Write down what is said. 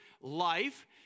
life